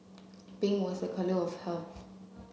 pink was a colour of health